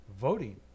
voting